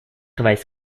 weiß